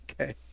Okay